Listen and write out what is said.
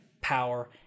power